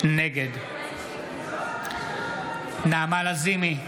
נגד נעמה לזימי,